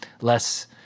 Less